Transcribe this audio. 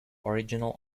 original